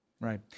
Right